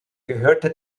gehörte